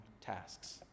tasks